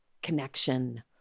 connection